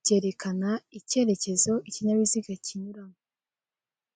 Byerekana ikerekezo ikinyabiziga kinyuramo.